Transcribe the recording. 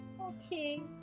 Okay